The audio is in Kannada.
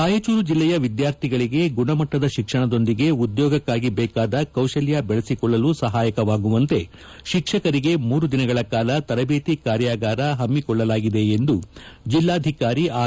ರಾಯಚೂರು ಜಿಲ್ಲೆಯ ವಿದ್ವಾರ್ಥಿಗಳಿಗೆ ಗುಣಮಟ್ಟದ ಶಿಕ್ಷಣದೊಂದಿಗೆ ಉದ್ನೋಗಕ್ಕಾಗಿ ಬೇಕಾದ ಕೌಶಲ್ಲ ಬೆಳೆಸಿಕೊಳ್ಳಲು ಸಹಾಯಕವಾಗುವಂತೆ ಶಿಕ್ಷಕರಿಗೆ ಮೂರು ದಿನಗಳ ಕಾಲ ತರಬೇತಿ ಕಾರ್ಯಾಗಾರ ಹಮ್ಮಿಕೊಳ್ಳಲಾಗಿದೆ ಎಂದು ಜಿಲ್ಲಾಧಿಕಾರಿ ಆರ್